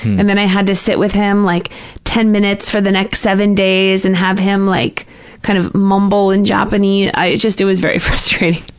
and then i had to sit with him like ten minutes for the next seven days and have him like kind of mumble in japanese. it just, it was very frustrating.